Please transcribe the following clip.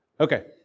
Okay